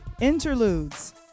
Interludes